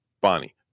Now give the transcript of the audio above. bonnie